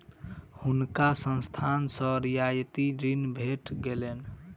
हुनका संस्थान सॅ रियायती ऋण भेट गेलैन